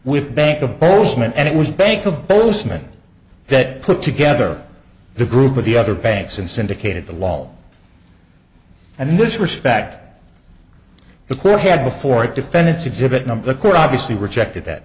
with bank of bozeman and it was bank of bozeman that put together the group of the other banks and syndicated the wall and ms respect the clear had before it defendants exhibit number the court obviously rejected that